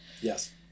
yes